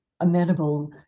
amenable